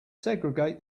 segregate